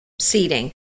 seating